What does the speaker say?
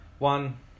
One